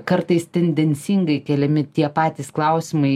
kartais tendencingai keliami tie patys klausimai